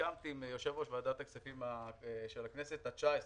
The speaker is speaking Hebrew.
סיכמתי עם יושב-ראש ועדת הכספים של הכנת התשע-עשרה,